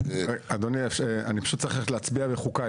אדוני, אני פשוט צריך ללכת להצביע בחוקה.